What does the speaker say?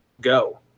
Go